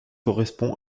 correspond